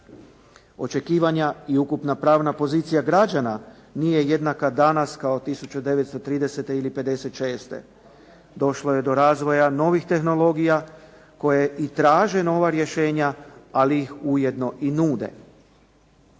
Očekivanja i ukupna pravna pozicija građana nije jednaka danas kao 1930. ili 1956. Došlo je do razvoja novih tehnologija koje i traže nova rješenja ali ih ujedno i nude.